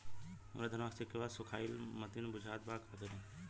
हमरे धनवा के सीक्कउआ सुखइला मतीन बुझात बा का करीं?